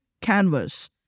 canvas